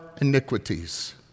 iniquities